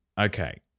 Okay